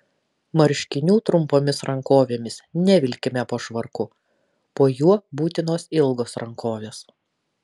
marškinių trumpomis rankovėmis nevilkime po švarku po juo būtinos ilgos rankovės